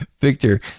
Victor